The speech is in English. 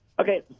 okay